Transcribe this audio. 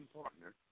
partner